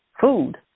food